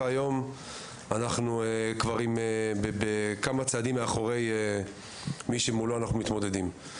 והיום אנחנו כבר עם כמה צעדים מאחורי מי שמולו אנחנו מתמודדים.